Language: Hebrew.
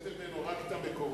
הוצאתם ממנו רק את המקורות,